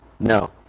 No